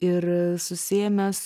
ir susiėmęs